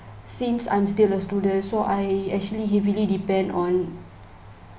since I'm still a student so I actually heavily depend on